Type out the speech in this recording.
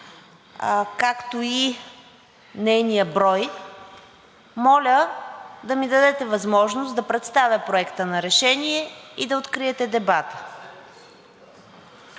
както и нейния брой, моля да ми дадете възможност да представя Проекта на решение и да откриете дебата.